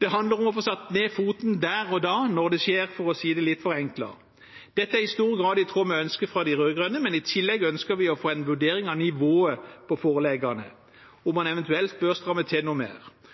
Det handler om å få satt ned foten der og da, når det skjer, for å si det litt forenklet. Dette er i stor grad i tråd med ønsket fra de rød-grønne, men i tillegg ønsker vi å få en vurdering av nivået på foreleggene, om man eventuelt bør stramme til noe mer.